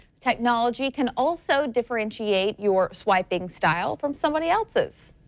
technology can also differentiate your swiping style from somebody else's.